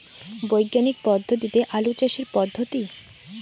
বিজ্ঞানিক পদ্ধতিতে আলু চাষের পদ্ধতি?